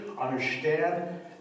understand